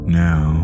now